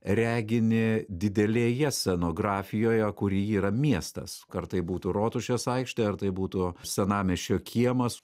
reginį didelėje scenografijoje kur ji yra miestas ar tai būtų rotušės aikštė ar tai būtų senamiesčio kiemas